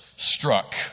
Struck